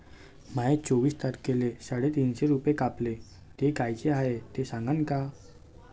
माये चोवीस तारखेले साडेतीनशे रूपे कापले, ते कायचे हाय ते सांगान का?